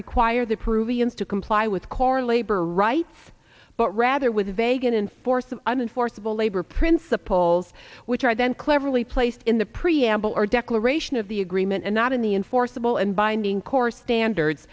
require the peruvians to comply with core labor rights but rather with vague and enforce unenforceable labor principles which are then cleverly placed in the preamble or declaration of the agreement and not in the enforceable and binding core standards